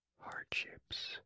hardships